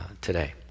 today